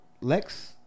Lex